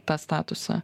tą statusą